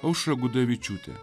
aušra gudavičiūtė